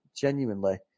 genuinely